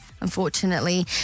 unfortunately